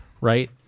Right